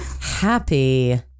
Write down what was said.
happy